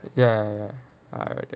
ya ya I ordered